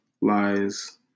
lies